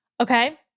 Okay